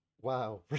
wow